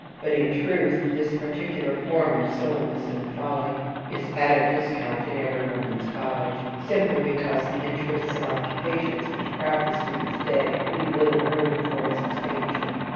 but, in truth, this particular form of silliness and folly is at a discount in every woman's college, simply because the interests and occupations which crowd the student's day leave little room for its expansion.